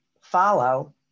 follow